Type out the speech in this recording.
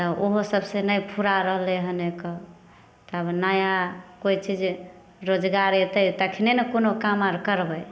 तऽ ओहो सभ से नहि फुरा रहलै हइ नकऽ तब नया कोइ चीज रोजगार अयतै तखन ने कोनो काम आर करबै